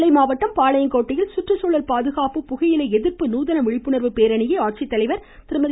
நெல்லை மாவட்டம் பாளையங்கோட்டையில் சுற்றுச்சூழல் பாதுகாப்பு மற்றும் புகையிலை எதிர்ப்பு நூதன விழிப்புணர்வு பேரணியை மாவட்ட ஆட்சிததலைவர் திருமதி